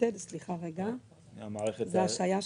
מעלה את קובץ השכר,